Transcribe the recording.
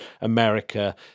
America